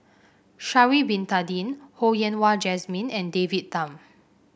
Sha'ari Bin Tadin Ho Yen Wah Jesmine and David Tham